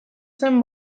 zen